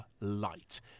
light